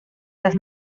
las